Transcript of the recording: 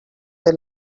they